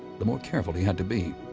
the more careful he had to be.